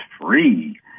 free